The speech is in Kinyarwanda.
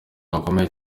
gakomeye